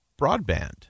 broadband